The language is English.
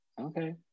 Okay